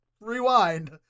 Rewind